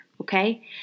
okay